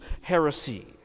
heresy